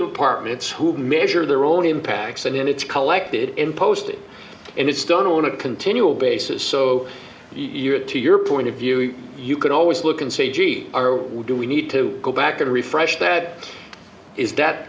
apartments who measure their own impacts and then it's collected imposed and it's done on a continual basis so you get to your point of view you can always look and say gee are we do we need to go back and refresh that is that